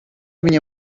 viņa